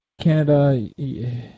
Canada